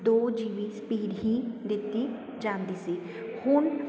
ਦੋ ਜੀ ਵੀ ਸਪੀਡ ਹੀ ਦਿੱਤੀ ਜਾਂਦੀ ਸੀ ਹੁਣ